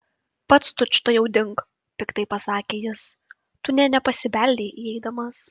pats tučtuojau dink piktai pasakė jis tu nė nepasibeldei įeidamas